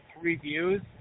reviews